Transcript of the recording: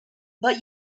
but